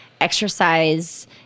exercise